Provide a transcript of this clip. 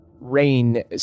rain